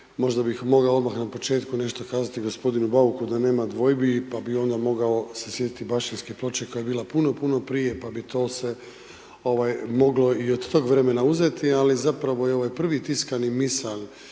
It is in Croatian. možda bih mogao odmah na početku nešto kazati g. Bauku da nema dvojbi pa bih onda mogao se sjetiti Baščanske ploče koja je bila puno, puno prije pa bi to se moglo i od tog vremena uzeti ali zapravo je ovaj prvi tiskani misal